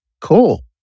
Cool